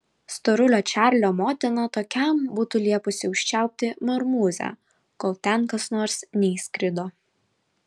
storulio čarlio motina tokiam būtų liepusi užčiaupti marmūzę kol ten kas nors neįskrido